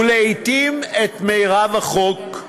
ולעתים את מרב החוב,